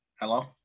Hello